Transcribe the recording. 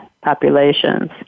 populations